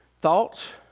Thoughts